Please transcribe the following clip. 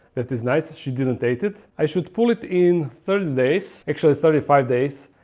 that is nice. she didn't ate it i should pull it in thirty days actually thirty five days.